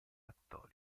cattolica